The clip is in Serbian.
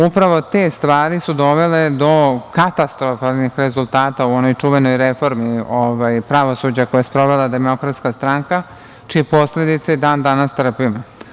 Upravo te stvari su dovele do katastrofalnih rezultata u onoj čuvenoj reformi pravosuđa koju je sprovela DS, čije posledice i dan danas trpimo.